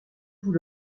vous